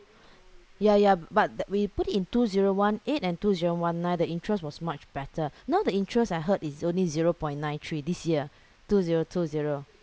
yeah yeah but that we put it in two zero one eight and two zero one nine the interest was much better now the interest I heard is only zero point nine three this year two zero two zero